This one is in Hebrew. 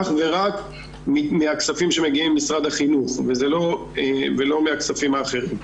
אך ורק מהכספים שמגיעים ממשרד החינוך ולא מהכספים האחרים.